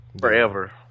forever